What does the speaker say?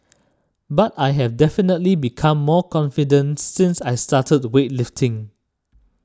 but I have definitely become more confident since I started weightlifting